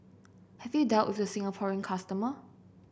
have you dealt with the Singaporean customer